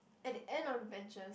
at the end of benches